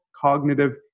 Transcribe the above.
cognitive